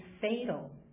fatal